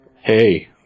Hey